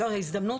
זו הזדמנות,